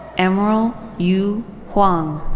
emeril yu huang.